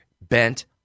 bent